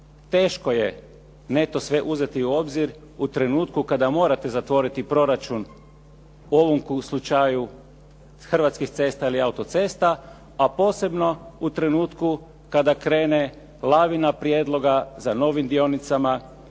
teško je ne to sve uzeti u obzir u trenutku kada morate zatvoriti proračun u ovom slučaju od Hrvatskih cesta ili autocesta, a posebno u trenutku kada krene lavina prijedloga za novim dionicama,